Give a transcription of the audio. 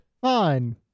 Fine